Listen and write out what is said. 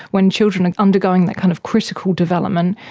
when children are undergoing that kind of critical development,